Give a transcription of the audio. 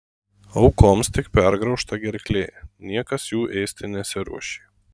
aukoms tik pergraužta gerklė niekas jų ėsti nesiruošė